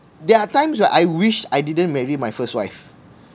there are times that I wished I didn't marry my first wife